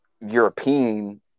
European